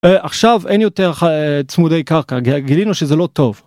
עכשיו אין יותר, צמודי קרקע גילינו שזה לא טוב.